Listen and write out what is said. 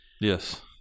Yes